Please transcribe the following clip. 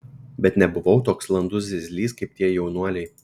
bet nebuvau toks landus zyzlys kaip tie jaunuoliai